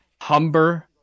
humber